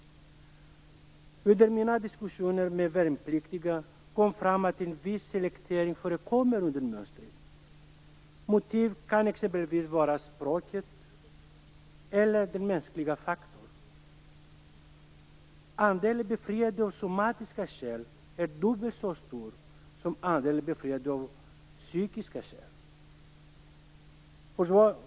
Under mina diskussioner med värnpliktiga har det kommit fram att en viss selektering förekommer under mönstringen. Motiven kan t.ex. vara språket eller den mänskliga faktorn. Andelen befriade av somatiska skäl är dubbelt så stor som andelen befriade av psykiska skäl.